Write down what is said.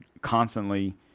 constantly